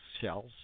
shells